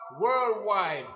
Worldwide